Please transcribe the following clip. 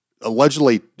allegedly